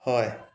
হয়